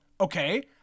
okay